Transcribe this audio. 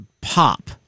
pop